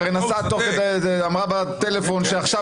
היא אמרה בטלפון שעכשיו